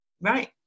Right